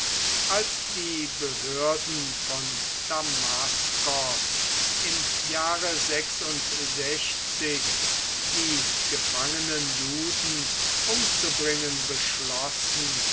als die behörden von damaskos im jahre die gefangenen juden umzubringen beschlossen